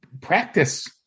practice